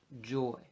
joy